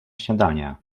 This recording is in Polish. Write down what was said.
śniadania